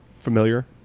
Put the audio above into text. familiar